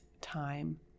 time